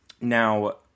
Now